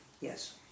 Yes